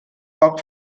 poc